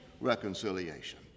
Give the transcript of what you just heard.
reconciliation